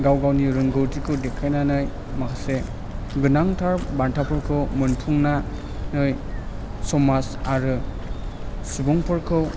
गाव गावनि रोंगौथिखौ देखायनानै माखासे गोनांथार बान्थाफोरखौ मोनफुंनानै समाज आरो सुबुं फोरखौ